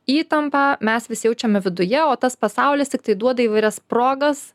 įtampą mes visi jaučiame viduje o tas pasaulis tiktai duoda įvairias progas